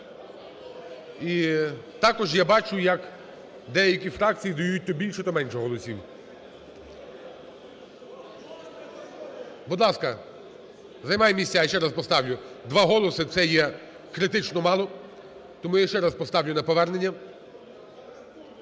і також я бачу, як деякі фракції дають то більше, то менше голосів. Будь ласка, займай місця, я ще раз поставлю. Два голоси - це є критично мало, тому я ще раз поставлю на повернення.